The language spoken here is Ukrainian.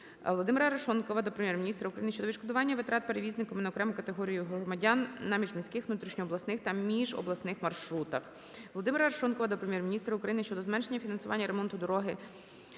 ВолодимираАрешонкова до Прем'єр-міністра України щодо відшкодування витрат перевізникам на окрему категорію громадян на міжміських внутрішньообласних та міжобласних маршрутах. ВолодимираАрешонкова до Прем'єр-міністра України щодо зменшення фінансування ремонту дороги